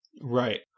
right